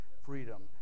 freedom